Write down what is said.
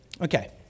Okay